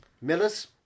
Miller's